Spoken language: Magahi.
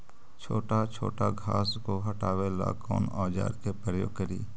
छोटा छोटा घास को हटाबे ला कौन औजार के प्रयोग करि?